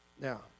Now